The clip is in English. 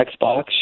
Xbox